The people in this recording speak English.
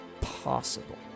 possible